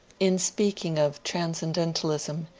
in speaking of transcendentalism,